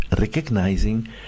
recognizing